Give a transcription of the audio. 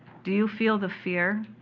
do you feel the fear?